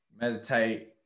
Meditate